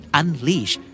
unleash